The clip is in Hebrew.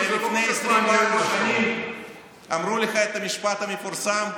שלפני 24 שנים אמרו לך את המשפט המפורסם "ביבי,